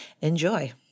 Enjoy